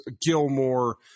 Gilmore